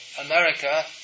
America